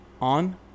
on